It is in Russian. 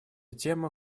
тема